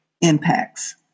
impacts